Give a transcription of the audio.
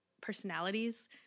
personalities